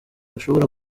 bashobora